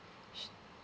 su~